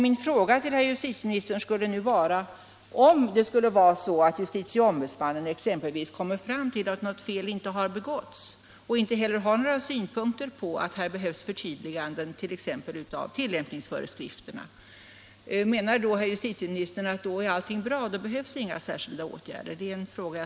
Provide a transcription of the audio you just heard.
Min fråga till herr justitieministern skulle nu vara: Om exempelvis justitieombudsmannen kommer fram till att något fel inte har begåtts och inte heller har några synpunkter på att här behövs förtydliganden t.ex. av tillämpningsföreskrifterna, menar herr justitieministern att då är allting bra, då krävs inga särskilda åtgärder?